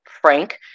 frank